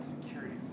security